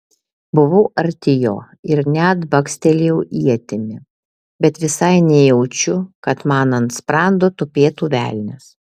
buvau arti jo ir net bakstelėjau ietimi bet visai nejaučiu kad man ant sprando tupėtų velnias